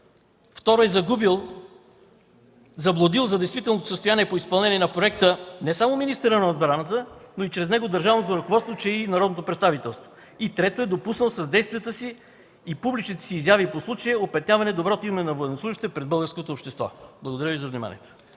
Второ, заблудил е за действителното състояние по изпълнение на проекта не само министъра на отбраната, но и чрез него – държавното ръководство, че и народното представителство. Трето, допуснал е с действията си и публичните си изяви по случая опетняване доброто име на военнослужещите пред българското общество. Благодаря Ви за вниманието.